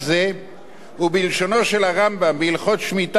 ובלשונו של הרמב"ם בהלכות שמיטה ויובל פרק י"ג: